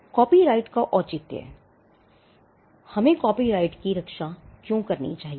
copyright का औचित्य हमें कॉपीराइट की रक्षा क्यों करनी चाहिए